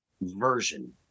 version